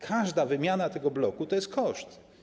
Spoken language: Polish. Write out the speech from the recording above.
Każda wymiana tego bloku to jest koszt.